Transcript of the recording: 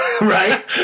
Right